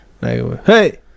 Hey